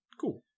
Cool